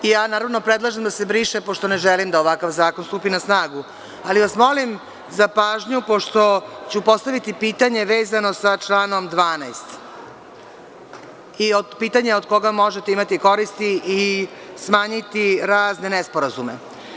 Ja, naravno, predlažem da se briše, pošto ne želim da ovakav zakon stupi na snagu, ali vas molim za pažnju, pošto ću postaviti pitanje vezano sa članom 12, pitanje od koga možete imati koristi i smanjiti razne nesporazume.